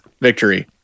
Victory